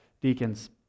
deacons